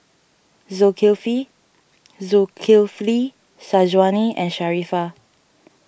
Zulkifli Syazwani and Sharifah